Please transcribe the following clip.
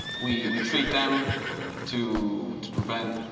we we treat them to to prevent